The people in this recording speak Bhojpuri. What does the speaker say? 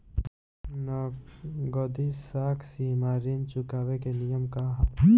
नगदी साख सीमा ऋण चुकावे के नियम का ह?